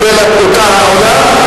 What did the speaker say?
ככה קיבל אותה העולם,